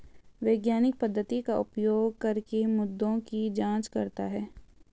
वैज्ञानिक पद्धति का उपयोग करके मुद्दों की जांच करता है